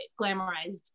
glamorized